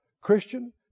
Christian